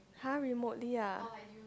!huh! remotely ah